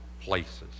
places